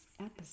episode